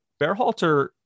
Bearhalter